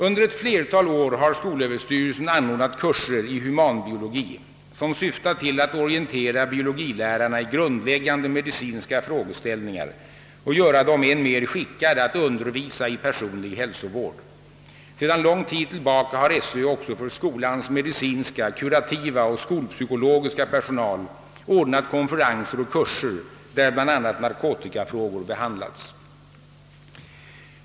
Under ett flertal år har skolöverstyrelsen anordnat kurser i humanbiologi som syftat till att orientera biologilärarna i grundläggande medicinska frågeställningar och göra dem än mer skickade att undervisa i personlig hälsovård. Sedan lång tid tillbaka har skolöverstyrelsen också för skolans medicinska, kurativa och skolpsykologiska personal ordnat konferenser och kurser, där bl.a. narkotikafrågor behandlats.